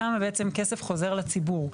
כמה בעצם כסף חוזר לציבור.